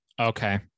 Okay